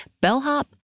bellhop